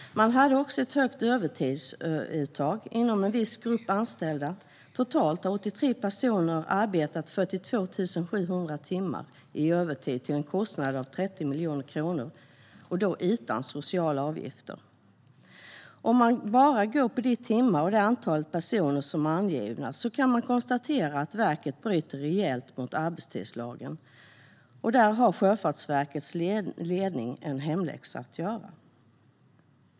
Inom en viss grupp anställda fanns ett högt övertidsuttag. Totalt har 83 personer arbetat 42 700 timmar i övertid till en kostnad av 30 miljoner kronor, utan sociala avgifter. Om man endast utgår från de timmar och det antal personer som är angivna kan man konstatera att verket bryter rejält mot arbetstidslagen. Där har Sjöfartsverkets ledning en hemläxa att göra.